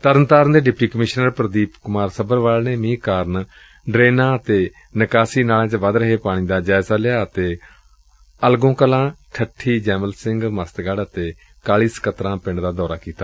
ਤਰਨਤਾਰਨ ਦੇ deputy commissioner Pradeep Kumar Sabharwal ਨੇ ਮੀਂਹ ਕਾਰਨ ਡਰੇਨਾਂ ਅਤੇ ਨਿਕਾਸੀ ਨਾਲਿਆਂ ਚ ਵਧ ਰਹੇ ਪਾਣੀ ਦਾ ਜਾਇਜ਼ਾ ਲਿਆ ਅਤੇ ਅਲਗੋਂ ਕਲਾਂ ਠੱਠੀ ਜੈਮਲ ਸਿੰਘ ਮਸਤਗਤ਼ ਅਤੇ ਕਾਲੀ ਸਕੱਤਰਾਂ ਪਿੰਡਾਂ ਦਾ ਦੌਰਾ ਕੀਤਾ